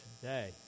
today